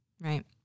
right